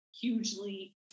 hugely